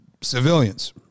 civilians